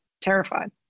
terrified